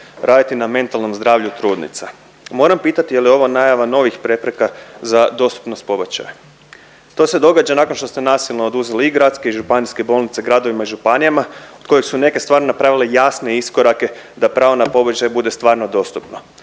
raditi na mentalnom zdravlju trudnica. Moram pitati je li ovo najava novih prepreka za dostupnost pobačaja? To se događa nakon što ste nasilno oduzeli i gradske i županijske bolnice gradovima i županijama od kojih su neke stvarno napravile jasne iskorake da pravo na pobačaj bude stvarno dostupno.